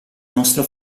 nostro